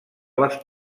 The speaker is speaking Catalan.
les